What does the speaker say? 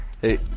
Hey